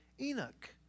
Enoch